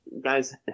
guys